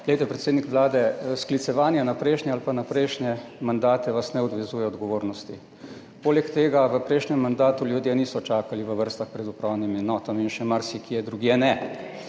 Glejte, predsednik Vlade, sklicevanje na prejšnje ali pa na prejšnje mandate vas ne odvezuje odgovornosti. Poleg tega v prejšnjem mandatu ljudje niso čakali v vrstah pred upravnimi enotami in še marsikje drugje ne.